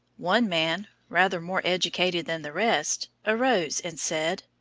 one man, rather more educated than the rest, arose and said,